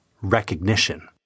recognition